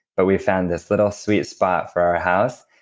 but we found this little sweet spot for our house.